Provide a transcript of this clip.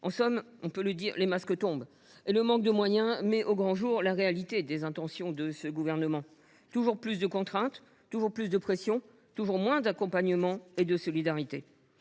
En somme, les masques tombent et le manque de moyens dévoile au grand jour la réalité des intentions de ce gouvernement : toujours plus de contraintes et de pression, toujours moins d’accompagnement et de solidarité